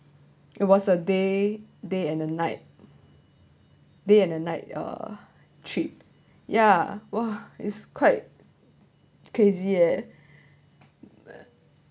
it was a day day and a night day and a night uh trip ya !wah! it's quite crazy eh